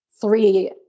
three